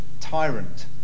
tyrant